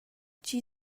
tgi